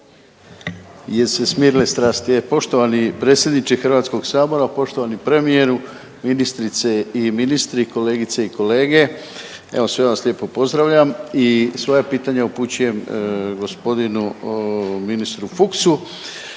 sve vas lijepo pozdravljam i svoja pitanja upućujem g. ministru Fuchsu.